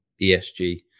ESG